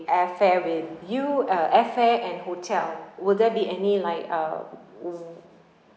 air fare with you uh air fare and hotel will there be any like uh mm